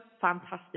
fantastic